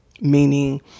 meaning